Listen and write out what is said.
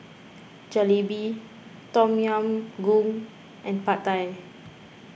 Jalebi Tom Yam Goong and Pad Thai